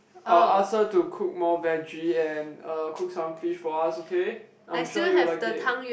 I'll ask her to cook more vege and uh cook some fish for us okay I'm sure you'll like it